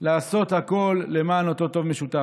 לעשות הכול למען אותו טוב משותף.